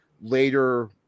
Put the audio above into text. later